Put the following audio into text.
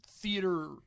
theater